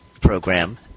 program